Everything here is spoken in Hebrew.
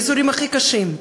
באזורים הכי קשים,